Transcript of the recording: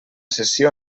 sessió